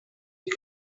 die